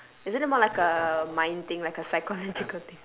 isn't it more like a mind thing like a psychological thing